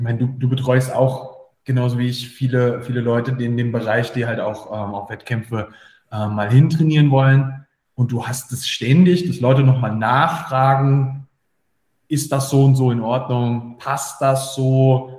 Ich meine, du- du betreust auch genauso wie ich viele- viele Leute, die in dem Bereich, die halt auch, ähm, auf Wettkämpfe, äh, mal hintrainieren wollen. Und du hast es ständig, dass Leute noch mal nachfragen, ist das so und so in Ordnung? Passt das so?